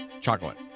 Chocolate